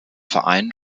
verein